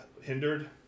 hindered